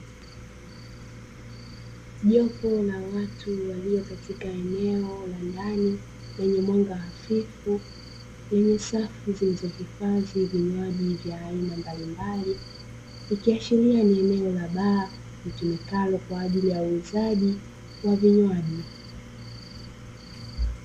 Jopo la watu walio katika eneo la ndani lenye mwanga hafifu lenye safu zilizohifadhi vinywaji vya aina mbalimbali, ikiashiria ni eneo la baa litumikalo kwa ajili ya uuzaji wa vinywaji.